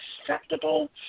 acceptable